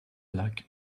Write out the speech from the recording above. black